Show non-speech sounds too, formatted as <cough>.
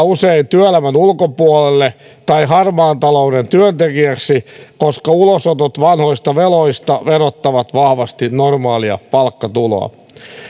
<unintelligible> usein työelämän ulkopuolelle tai harmaan talouden työntekijäksi koska ulosotot vanhoista veloista verottavat vahvasti normaalia palkkatuloa